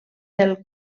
del